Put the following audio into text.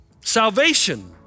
salvation